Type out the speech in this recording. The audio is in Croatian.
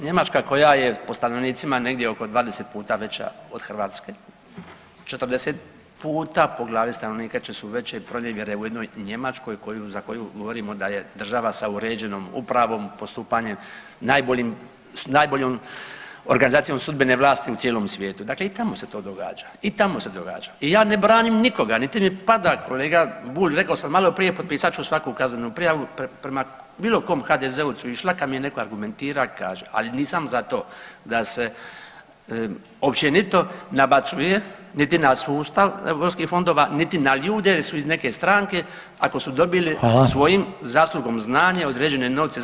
Njemačka koja je po stanovnicima negdje oko 20 puta veća od Hrvatske, 40 puta po glavi stanovnika su veće pronevjere u jednoj Njemačkoj za koju govorimo da je država sa uređenom upravom, postupanjem, najboljom organizacijom sudbene vlasti u cijelom svijetu, dakle i tamo se to događa i tamo se događa i ja ne branim nikoga, niti mi pada kolega Bulj rekao sam maloprije potpisat ću svaku kaznenu prijavu prema bilo kom HDZ-ovcu išla kad mi je neko argumentira i kaže, ali nisam za to da se općenito nabacuje niti na sustav europskih fondova, niti na ljude jel su iz neke stranke ako su dobili svojim zaslugom i znanjem određene novce za